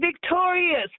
victorious